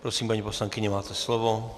Prosím, paní poslankyně, máte slovo.